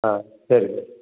ஆ சரி சார்